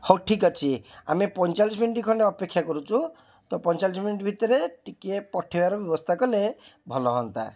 ହଉ ଠିକ୍ ଅଛି ଆମେ ପଇଁଚାଳିଶ ମିନିଟ୍ ଖଣ୍ଡେ ଅପେକ୍ଷା କରୁଛୁ ତ ପଇଁଚାଳିଶ ମିନିଟ୍ ଭିତରେ ଟିକେ ପଠାଇବାର ବ୍ୟବସ୍ଥା କଲେ ଭଲ ହୁଅନ୍ତା